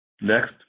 Next